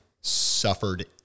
suffered